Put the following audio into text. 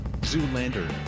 Zoolander